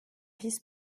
vice